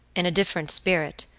in a different spirit,